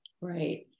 Right